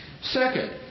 Second